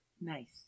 Nice